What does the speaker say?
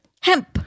Hemp